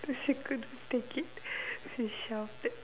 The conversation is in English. then she couldn't take it she shouted